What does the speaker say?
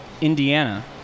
Indiana